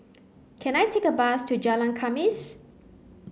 can I take a bus to Jalan Khamis